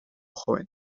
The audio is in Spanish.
jóvenes